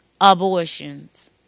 abortions